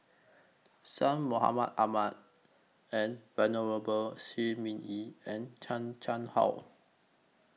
Syed Mohamed Ahmed and Venerable Shi Ming Yi and Chan Chang How